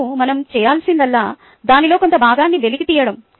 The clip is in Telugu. మరియు మనం చేయాల్సిందల్లా దానిలో కొంత భాగాన్ని వెలికి తీయడం